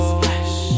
Splash